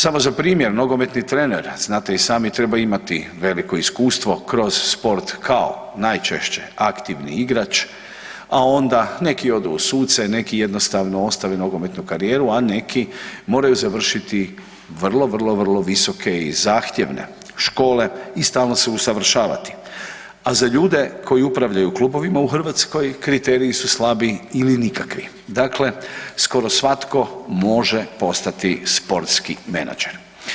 Samo za primjer, nogometni trener, znate i sami treba imati veliko iskustvo kroz sport kao najčešće aktivni igrač, a onda neki odu u suce, neki jednostavno ostave nogometnu karijeru, a neki moraju završiti vrlo, vrlo, vrlo visoke i zahtjevne škole i stalno se usavršavati, a za ljude koji upravljaju u klubovima u Hrvatskoj kriteriji su slabi ili nikakvi, dakle skoro svatko može postati sportski menadžer.